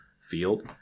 field